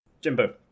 Jimbo